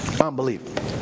Unbelievable